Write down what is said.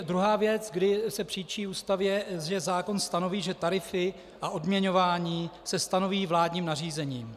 Druhá věc, kdy se příčí Ústavě, že zákon stanoví, že tarify a odměňování se stanoví vládním nařízením.